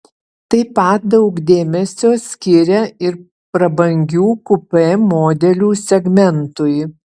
taip pat daug dėmesio skiria ir prabangių kupė modelių segmentui